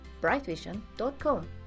brightvision.com